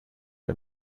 are